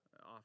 off